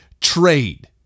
trade